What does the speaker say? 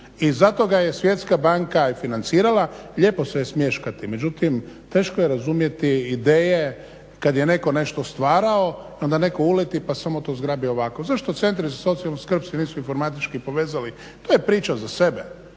I zato ga je Svjetska banka i financirala. Lijepo se smješkati, međutim teško je razumjeti ideje kad je netko nešto stvarao i onda netko uleti pa samo to zgrabi ovako. Zašto centri za socijalnu skrb se nisu informatički povezali? To je priča za sebe.